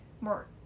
more